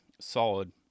Solid